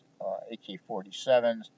AK-47s